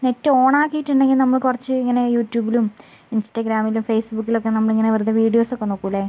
net on ആക്കിയിട്ടുണ്ടെങ്കിൽ നമ്മൾ കുറച്ച് ഇങ്ങനെ യൂട്യൂബിലും ഇൻസ്റ്റാഗ്രാമിലും ഫേസ്ബുക്കിലുമൊക്കെ നമ്മളിങ്ങനെ വെറുതെ വീഡിയോസ് ഒക്കെ നോക്കില്ലേ